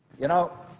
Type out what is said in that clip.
you know,